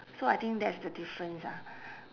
so I think that's the difference ah